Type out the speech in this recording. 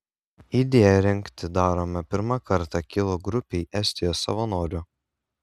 idėja rengti darome pirmą kartą kilo grupei estijos savanorių